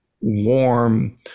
warm